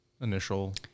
initial